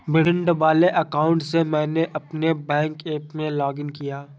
भिंड वाले अकाउंट से मैंने अपने बैंक ऐप में लॉग इन किया